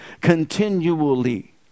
Continually